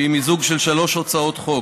שהיא מיזוג של שלוש הצעות חוק: